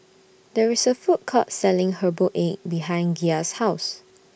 There IS A Food Court Selling Herbal Egg behind Gia's House